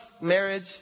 marriage